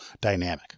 dynamic